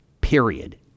period